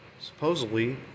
supposedly